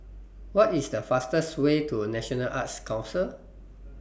What IS The fastest Way to National Arts Council